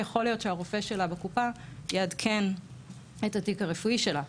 יכול להיות שרופא שלה בקופה יעדכן את התיק הרפואי שלה.